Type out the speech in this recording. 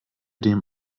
dem